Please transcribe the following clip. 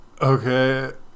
okay